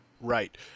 Right